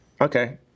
Okay